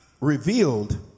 revealed